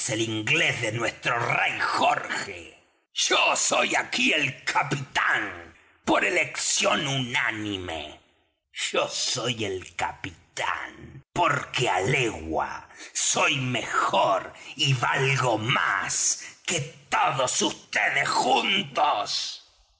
el inglés de nuestro rey jorge yo soy aquí el capitán por elección unánime yo soy el capitán porque á legua soy mejor y valgo más que todos vds juntos